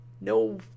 no